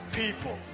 people